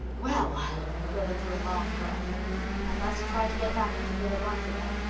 well rilla drew a long breath i must try to get back into rilla blythe again.